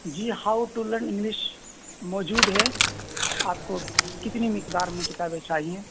G how to learn English موجود ہے آپ کو کتنی مقدار میں کتابیں چاہییں